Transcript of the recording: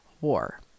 war